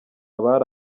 abari